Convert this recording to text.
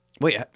Wait